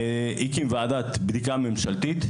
הקים ועדת בדיקה ממשלתית,